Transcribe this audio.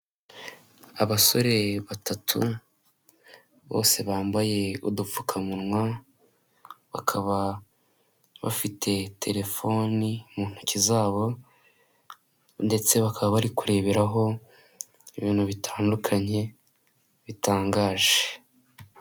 Abasore batatu bose bambaye udupfukamunwa bakaba bafite terefoni mu ntoki zabo ndetse bakaba bari kureberaho ibintu bitandukanye bitangaje.